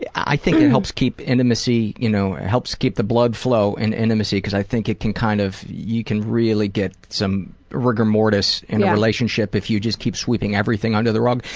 i think it helps keep intimacy you know, it helps keep the blood flow in intimacy, because i think it can kind of you can really get some rigor mortis in a relationship if you just keep sweeping everything under the rug.